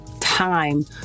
time